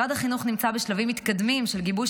משרד החינוך נמצא בשלבים מתקדמים של גיבוש